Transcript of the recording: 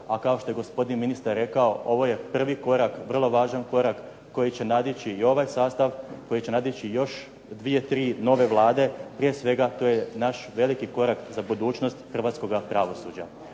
a kao što je gospodin ministar rekao ovo je prvi korak, vrlo važan korak koji će nadići i ovaj sastav, koji će nadići još dvije, tri nove vlade. Prije svega, to je naš veliki korak za budućnost hrvatskoga pravosuđa.